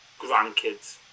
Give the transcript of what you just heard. grandkids